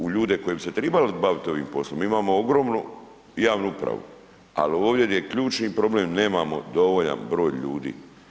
U ljude koji bi se trebali baviti ovim poslom, mi imamo ogromnu javnu upravu, ali ovdje di je ključni problem, nemamo dovoljan broj ljudi.